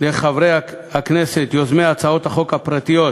לחברי הכנסת יוזמי הצעות החוק הפרטיות,